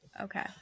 Okay